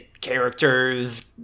characters